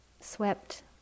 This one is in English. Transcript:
swept